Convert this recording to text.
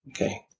Okay